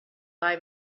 buy